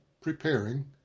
preparing